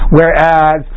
Whereas